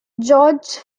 george